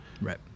right